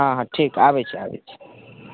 हँ हँ ठीक आबै छी आबै छी